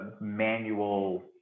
manual